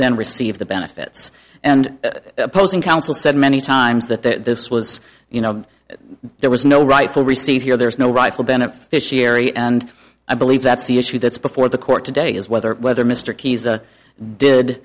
then receive the benefits and opposing counsel said many times that it was you know there was no rifle received here there is no rifle beneficiary and i believe that's the issue that's before the court today is whether whether mr keyes the did